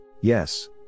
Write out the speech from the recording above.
Yes